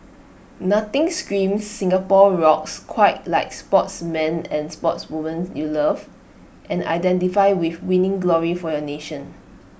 nothing screams 'Singapore rocks' quite like sportsmen and sportswomen you love and identify with winning glory for your nation